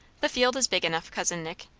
the field is big enough, cousin nick.